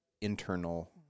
internal